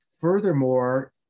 furthermore